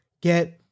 get